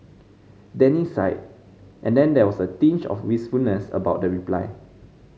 Danny sighed and then there was a tinge of wistfulness about the reply